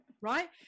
Right